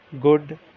good